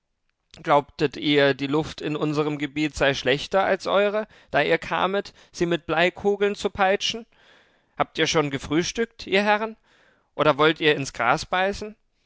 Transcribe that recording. glaubtet ihr die luft in unserm gebiet sei schlechter als eure da ihr kamet sie mit bleikugeln zu peitschen habt ihr schon gefrühstückt ihr herren oder wollt ihr ins gras beißen